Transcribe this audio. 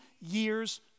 years